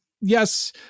yes